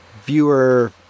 viewer